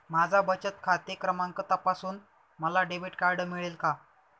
माझा बचत खाते क्रमांक तपासून मला डेबिट कार्ड मिळेल का?